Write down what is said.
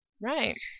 Right